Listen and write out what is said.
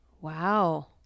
Wow